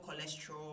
cholesterol